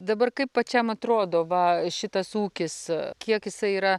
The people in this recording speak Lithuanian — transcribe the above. dabar kaip pačiam atrodo va šitas ūkis kiek jisai yra